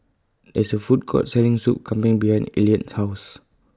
There IS A Food Court Selling Soup Kambing behind Elliott's House